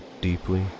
deeply